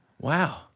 Wow